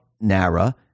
NARA